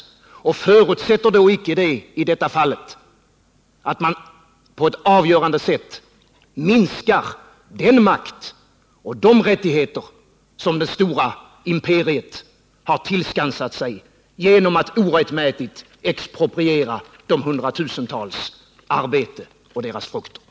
Förutsätter då icke detta i det här fallet att man på ett avgörande sätt minskar den makt och de rättigheter som det stora imperiet har tillskansat sig genom att orättmätigt expropiera frukterna av de hundratusentals människornas arbete?